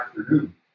afternoon